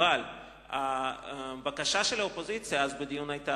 אבל הבקשה של האופוזיציה אז בדיון היתה